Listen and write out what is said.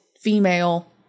female